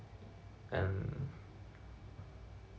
and